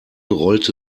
rollte